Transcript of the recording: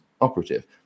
operative